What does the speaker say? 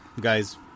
guys